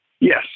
Yes